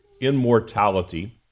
immortality